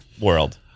World